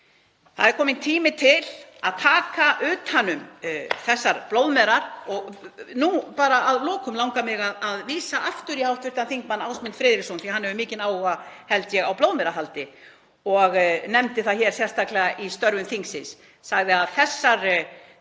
Það er kominn tími til að taka utan um þessar blóðmerar. Að lokum langar mig að vísa aftur í hv. þm. Ásmund Friðriksson því að hann hefur mikinn áhuga, held ég, á blóðmerahaldi og nefndi það hér sérstaklega í störfum þingsins,